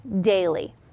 daily